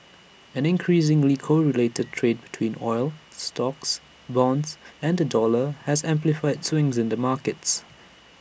an increasingly correlated trade between oil stocks bonds and the dollar has amplified swings in the markets